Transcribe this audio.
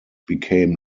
became